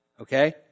Okay